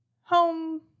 home